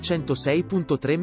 106.3